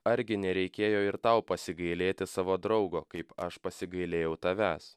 argi nereikėjo ir tau pasigailėti savo draugo kaip aš pasigailėjau tavęs